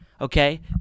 okay